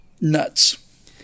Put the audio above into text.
nuts